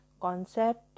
concept